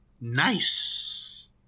Nice